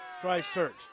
Christchurch